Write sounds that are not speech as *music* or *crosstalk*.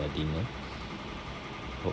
the dinner *breath* uh